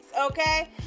okay